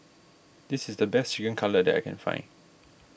this is the best Chicken Cutlet that I can find